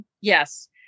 yes